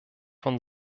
von